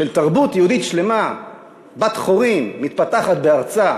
תרבות יהודית שלמה בת-חורין מתפתחת בארצה